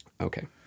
Okay